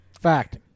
Fact